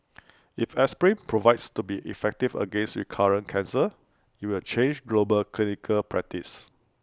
if aspirin proves to be effective against recurrent cancer IT will change global clinical practice